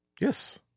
Yes